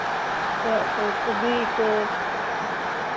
ओह् बी इक